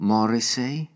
Morrissey